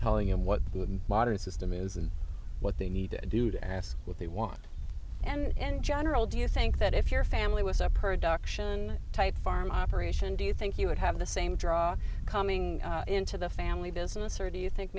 telling him what the modern system is and what they need to do to ask what they want and general do you think that if you're family with a production type farm operation do you think i would have the same draw coming into the family business or do you think